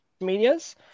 medias